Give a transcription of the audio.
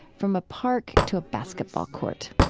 from a park to a basketball court.